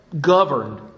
governed